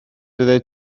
oeddet